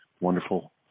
wonderful